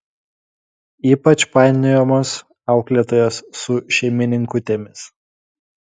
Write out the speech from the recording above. ypač painiojamos auklėtojos su šeimininkutėmis